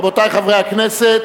רבותי חברי הכנסת,